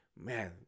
man